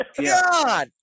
God